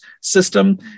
system